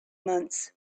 months